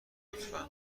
لطفا